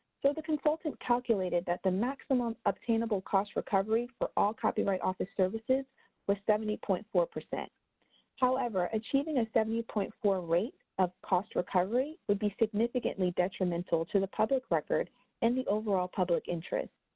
so, the consultant calculated that the maximum obtainable cost recovery for all copyright office services was seventy point four. however, achieving a seventy point four rate of cost recovery would be significantly detrimental to the public record and the overall public interests.